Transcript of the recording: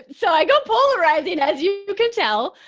so i go polarizing as you can tell.